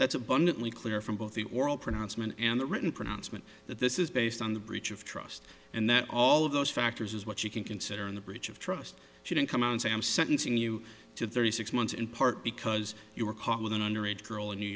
abundantly clear from both the oral pronouncement and the written pronouncement that this is based on the breach of trust and that all of those factors is what you can consider in the breach of trust she didn't come out and sam sentencing you to thirty six months in part because you were caught with an underage girl in new